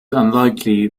unlikely